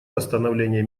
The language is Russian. восстановления